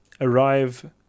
arrive